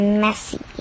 messy